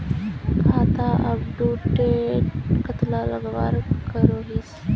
खाता अपटूडेट कतला लगवार करोहीस?